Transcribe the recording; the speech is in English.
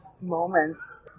moments